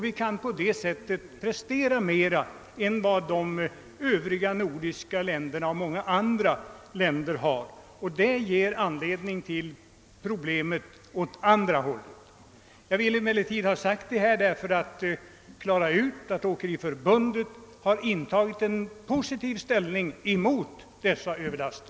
Vi kan därför prestera mer än de övriga nordiska länderna och många andra länder. Detta skapar emellertid problem när svenska långtradare skall befraktas utomlands. Jag har med detta velat klargöra att Åkeriförbundet har tagit ställning mot överlaster.